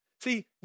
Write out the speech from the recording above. See